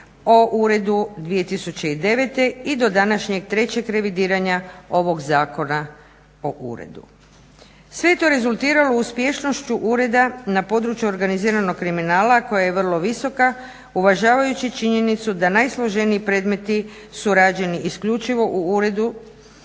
o uredu 2009. i do današnjeg trećeg revidiranja ovog zakona o uredu. Sve je to rezultiralo uspješnošću ureda na području organiziranog kriminala koja je vrlo visoka, uvažavajući činjenicu da najsloženiji predmeti su rađeni isključivo u